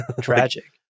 Tragic